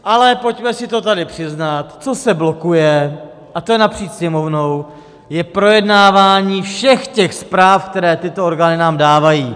Ale pojďme si to tady přiznat, co se blokuje a to je napříč Sněmovnou je projednávání všech těch zpráv, které nám tyto orgány dávají.